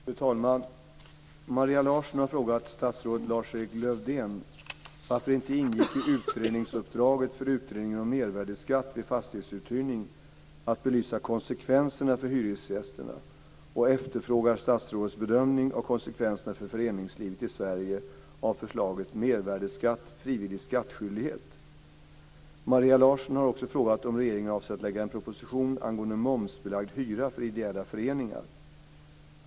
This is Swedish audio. Fru talman! Maria Larsson har frågat statsrådet Lars-Erik Lövdén varför det inte ingick i utredningsuppdraget för Utredningen om mervärdesskatt vid fastighetsuthyrning att belysa konsekvenserna för hyresgästerna och efterfrågat statsrådets bedömning av konsekvenserna för föreningslivet i Sverige av förslaget Mervärdesskatt - Frivillig skattskyldighet . Maria Larsson har också frågat om regeringen avser att lägga en proposition angående momsbelagd hyra för ideella föreningar.